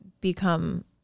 become